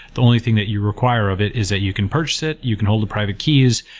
the only thing that you require of it is that you can purchase it, you can hold the private keys,